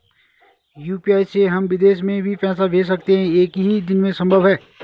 UPI से हम विदेश में भी पैसे भेज सकते हैं एक ही दिन में संभव है?